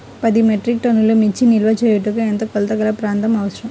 పది మెట్రిక్ టన్నుల మిర్చి నిల్వ చేయుటకు ఎంత కోలతగల ప్రాంతం అవసరం?